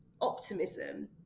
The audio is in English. optimism